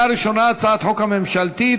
הצעת חוק ממשלתית.